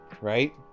right